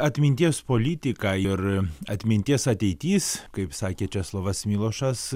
atminties politiką ir atminties ateitys kaip sakė česlovas milošas